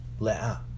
Le'a